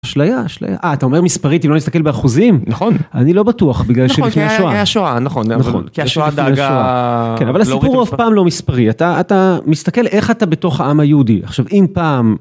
אשליה אשליה. אה, אתה אומר מספרית, אם לא נסתכל באחוזים. נכון. אני לא בטוח, בגלל שהיה שואה נכון נכון, כי השואה דאגה...כן אבל הסיפור הוא אף פעם לא מספרי. אתה אתה מסתכל איך אתה בתוך העם היהודי עכשיו אם פעם.